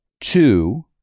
two